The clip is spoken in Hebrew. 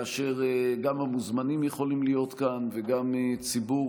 כאשר גם המוזמנים יכולים להיות כאן וגם ציבור